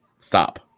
Stop